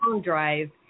drive